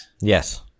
Yes